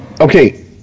okay